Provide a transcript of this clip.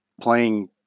playing